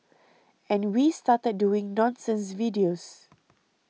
and we started doing nonsense videos